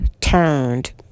turned